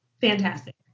Fantastic